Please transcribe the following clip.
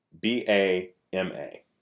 B-A-M-A